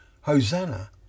Hosanna